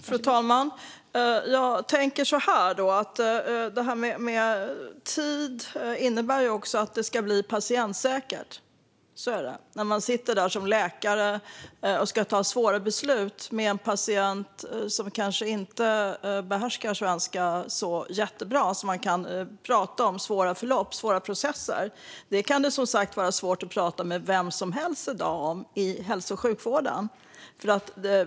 Fru talman! Jag tänker att det här med tid också innebär att det ska bli patientsäkert när man sitter där som läkare och ska fatta svåra beslut med en patient som kanske inte behärskar svenska så bra att man kan prata om svåra förlopp och svåra processer. Det här kan det som sagt vara svårt att prata med vem som helst om i hälso och sjukvården i dag.